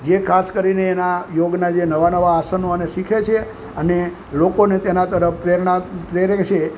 જે ખાસ કરીને એના યોગના જે નવા નવા આસનો અને શીખે છે અને લોકોને તેના તરફ પ્રેરણા પ્રેરે છે